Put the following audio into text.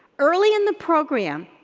early in the program,